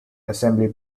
assembly